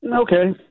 okay